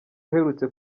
uherutse